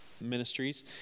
ministries